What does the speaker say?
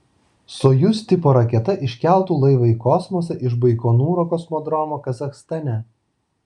sojuz tipo raketa iškeltų laivą į kosmosą iš baikonūro kosmodromo kazachstane